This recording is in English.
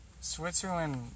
Switzerland